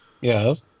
Yes